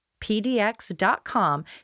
pdx.com